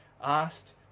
asked